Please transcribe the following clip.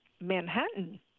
Manhattan